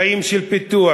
חיים של פיתוח.